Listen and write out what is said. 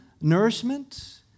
nourishment